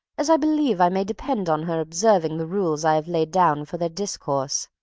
as i believe i may depend on her observing the rules i have laid down for their discourse.